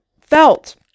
felt